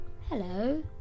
Hello